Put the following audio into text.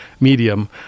medium